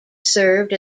served